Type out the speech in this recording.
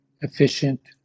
efficient